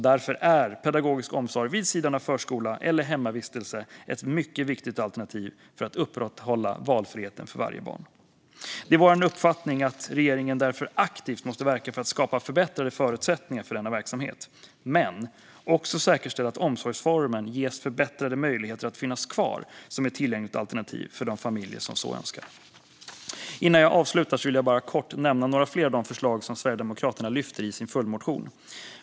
Därför är pedagogisk omsorg vid sidan av förskola eller hemmavistelse ett mycket viktigt alternativ för att upprätthålla valfriheten för varje barn. Det är vår uppfattning att regeringen därför aktivt måste verka för att skapa förbättrade förutsättningar för denna verksamhet, men också säkerställa att omsorgsformen ges förbättrade möjligheter att finnas kvar som ett tillgängligt alternativ för de familjer som så önskar. Innan jag avslutar vill jag kort nämna några fler av de förslag som Sverigedemokraterna tar upp i sin följdmotion.